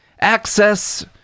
Access